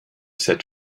said